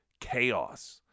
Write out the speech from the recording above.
chaos